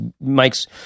mike's